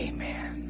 Amen